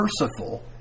merciful